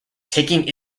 taking